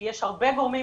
כי יש הרבה גורמים,